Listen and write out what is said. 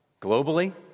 globally